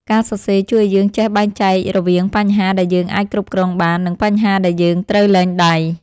ការសរសេរជួយឱ្យយើងចេះបែងចែករវាងបញ្ហាដែលយើងអាចគ្រប់គ្រងបាន និងបញ្ហាដែលយើងត្រូវលែងដៃ។